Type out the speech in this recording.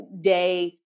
day